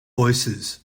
voicesand